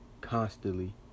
constantly